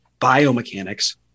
biomechanics